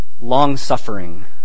long-suffering